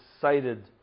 cited